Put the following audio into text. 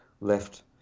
left